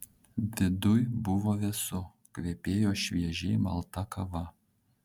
viduj buvo vėsu kvepėjo šviežiai malta kava